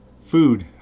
food